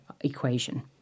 equation